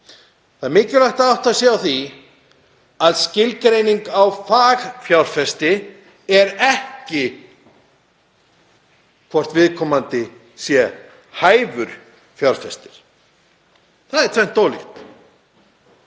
Það er mikilvægt að átta sig á því að skilgreining á fagfjárfesti er ekki hvort viðkomandi sé hæfur fjárfestir. Það er tvennt ólíkt.